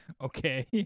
Okay